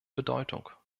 bedeutung